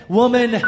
woman